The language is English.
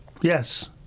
Yes